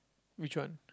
which one